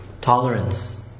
Tolerance